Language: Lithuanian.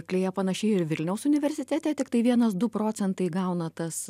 klėja panašiai ir vilniaus universitete tiktai vienas du procentai gauna tas